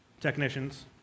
Technicians